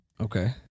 Okay